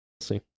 see